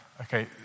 okay